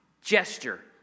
gesture